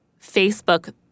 Facebook